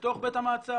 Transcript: בתוך בית המעצר.